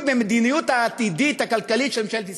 במדיניות העתידית הכלכלית של ממשלת ישראל.